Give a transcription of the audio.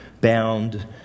bound